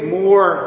more